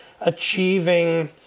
achieving